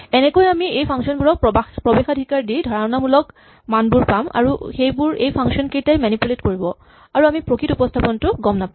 এনেকৈয়ে আমি এই ফাংচন বোৰক প্ৰৱেশাধিকাৰ দি ধাৰণামূলক মানবোৰ পাম আৰু সেইবোৰক এই ফাংচন কেইটাই মেনিপুলেট কৰিব আৰু আমি প্ৰকৃত উপস্হাপনটো গম নাপাম